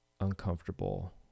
uncomfortable